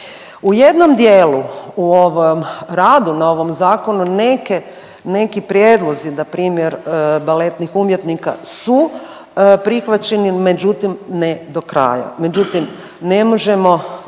U jednom dijelu u ovom radu na ovom zakonu neke, neki prijedlozi, npr. baletnih umjetnika su prihvaćeni, međutim ne do kraja, međutim ne možemo